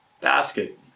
basket